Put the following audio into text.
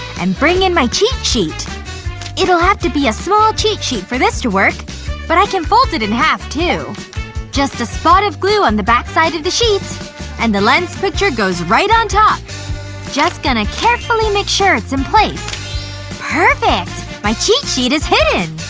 and bring in my cheat sheet it'll have to be a small cheat sheet for this to work but i can fold it in half, too just a spot of glue on the back side of the sheet and the lens picture goes right on top just gonna carefully make sure it's in place perfect! my cheat sheet is hidden!